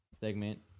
segment